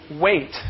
wait